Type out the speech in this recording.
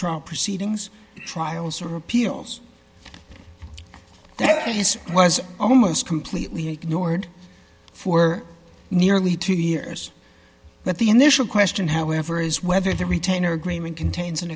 pretrial proceedings trials or appeals that is was almost completely ignored for nearly two years but the initial question however is whether the retainer agreement contains an